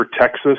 Texas